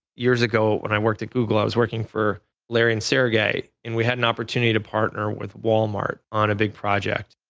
years ago, when i worked at google, i was working for larry and sergey. and we had an opportunity to partner with walmart on a big project.